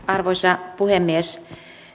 arvoisa puhemies